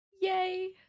Yay